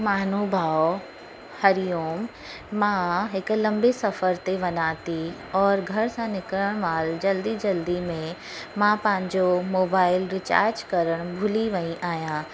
महानुभाव हरि ओम मां हिक लंबे सफ़र ते वञा थी और घर सां निकिरण महिल जल्दी जल्दी में मां पंहिंजो मोबाइल चार्ज करण भुली वयी आहियां